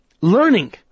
learning